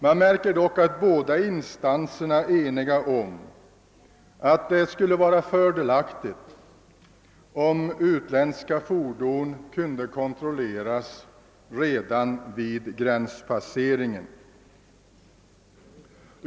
Man märker dock att bägge instanserna är ense om att det skulle vara fördelaktigt om utländska fordon kunde kontrolleras redan vid gränspasseringen.